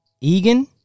Egan